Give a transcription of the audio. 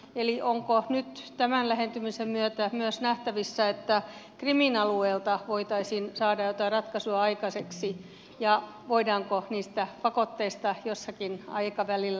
eli onko nyt tämän lähentymisen myötä myös nähtävissä että krimin alueella voitaisiin saada jotain ratkaisua aikaiseksi ja voidaanko niistä pakotteista jollakin aikavälillä luopua